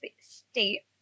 state